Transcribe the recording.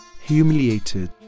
humiliated